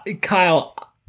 Kyle